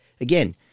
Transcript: Again